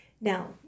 Now